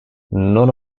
none